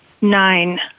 Nine